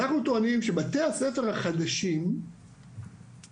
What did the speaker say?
אנחנו טוענים שבתי הספר החדשים צריכים